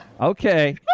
Okay